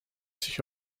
sich